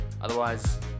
Otherwise